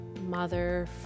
mother